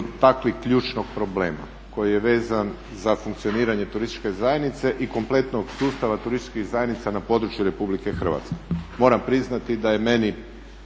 dotakli ključnog problema koji je vezan za funkcioniranje turističke zajednice i kompletnog sustava turističkih zajednica na području RH. Moram priznati da je meni